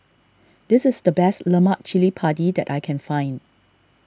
this is the best Lemak Cili Padi that I can find